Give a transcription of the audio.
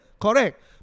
Correct